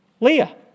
Leah